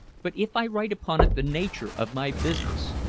but if i write upon it the nature of my business,